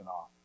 off